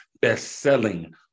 best-selling